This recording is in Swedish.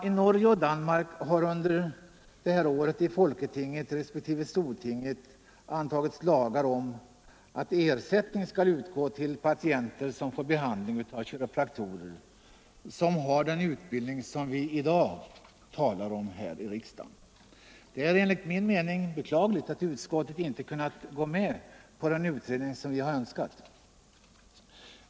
I Norge och Danmark har under det här året i stortinget respektive folketinget antagits lagar om att ersättning skall utgå till patienter som får behandling av kiropraktorer med sådan utbildning som vi i dag talar om här i riksdagen. Det är enligt min mening beklagligt att utskottet inte kunnat gå med på den utredning som vi har önskat.